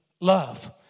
love